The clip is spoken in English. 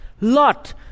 Lot